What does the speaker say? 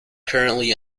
currently